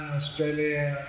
Australia